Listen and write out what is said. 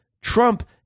Trump